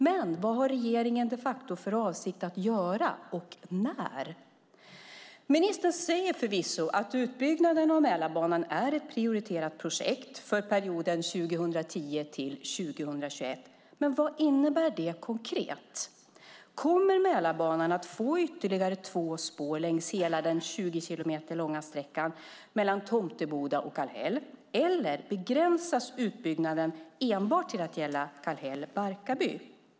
Men vad har regeringen de facto för avsikt att göra och när? Ministern säger förvisso att utbyggnaden av Mälarbanan är ett prioriterat projekt för perioden 2010-2021. Men vad innebär det konkret? Kommer Mälarbanan att få ytterligare två spår längs hela den 20 kilometer långa sträckan mellan Tomteboda och Kallhäll, eller begränsas utbyggnaden enbart till att gälla Kallhäll-Barkarby?